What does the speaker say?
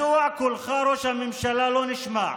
מדוע קולך, ראש הממשלה, לא נשמע?